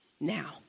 Now